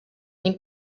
ning